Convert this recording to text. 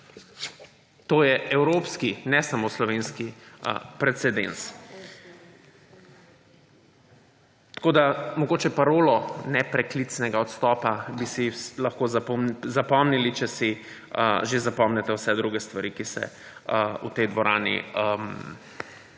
to je evropski, ne samo slovenski precedens. Tako bi si mogoče parolo nepreklicnega odstopa lahko zapomnili, če si že zapomnite vse druge stvari, ki se v tej dvorani pojavljajo,